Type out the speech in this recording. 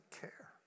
care